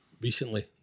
recently